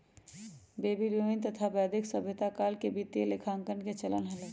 Babylonian तथा वैदिक सभ्यता काल में वित्तीय लेखांकन के चलन हलय